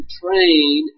train